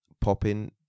popping